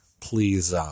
please